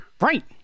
Right